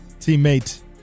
Teammate